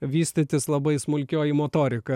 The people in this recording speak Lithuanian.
vystytis labai smulkioji motorika